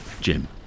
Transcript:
Jim